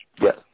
Yes